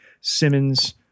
Simmons